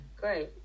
great